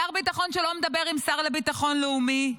שר הביטחון שלא מדבר עם השר לביטחון לאומי.